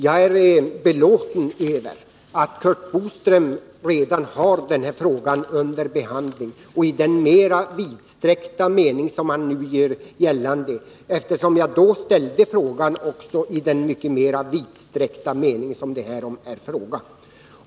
Jag är belåten med att Curt Boström redan har ärendet under behandling i den mer vidsträckta mening som han nu har utvecklat, eftersom det var just i en sådan vidsträckt mening jag ville få frågan behandlad 1980.